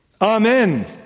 Amen